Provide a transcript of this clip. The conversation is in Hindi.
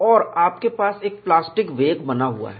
और आपके पास एक प्लास्टिक वेक बना हुआ है